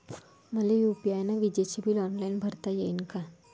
मले यू.पी.आय न विजेचे बिल ऑनलाईन भरता येईन का?